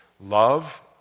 Love